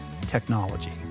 technology